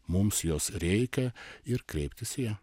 mums jos reikia ir kreiptis į ją